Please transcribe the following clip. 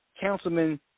councilman